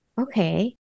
Okay